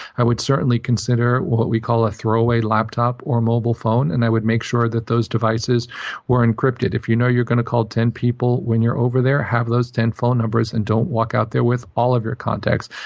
i would certainly consider what we call a throwaway laptop or mobile phone. and i would make sure that those devices were encrypted. if you know you're going to call ten people when you're over there, have those ten phone numbers and don't walk out there with all of your contacts,